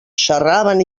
xerraven